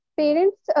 parents